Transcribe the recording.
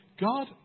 god